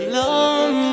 long